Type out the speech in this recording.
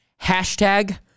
Hashtag